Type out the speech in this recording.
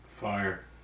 Fire